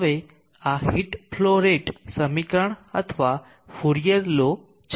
હવે આ heat flow rate સમીકરણ અથવા ફ્યુરિયર લો છે